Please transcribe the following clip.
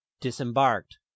Disembarked